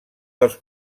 dels